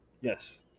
Yes